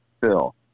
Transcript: Phil